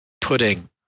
pudding